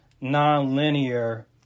non-linear